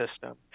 system